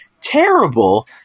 terrible